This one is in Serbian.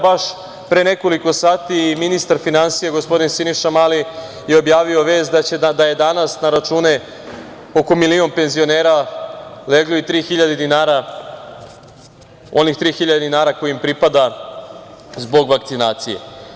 Baš pre nekoliko sati je ministar finansija, gospodin Siniša Mali objavio vest da je danas na račune oko milion penzionera leglo 3.000 dinara koje im pripada zbog vakcinacije.